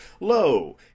Lo